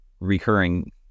recurring